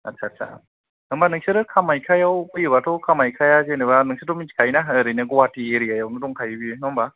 आच्छा आच्छा होनबा नोंसोरो कामायख्याव फैयो बाथ' कामायख्या जेनोबा नोंसोरथ' मिथिखायोना ओरैनो बियो गुवाहाटी एरियावबो दंखायो बेयो नङा होनबा